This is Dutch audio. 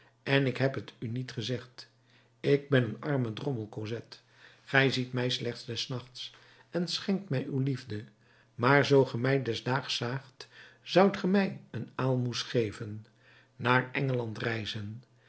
en ik heb t u niet gezegd ik ben een arme drommel cosette gij ziet mij slechts des nachts en schenkt mij uw liefde maar zoo ge mij des daags zaagt zoudt ge mij een aalmoes geven naar engeland reizen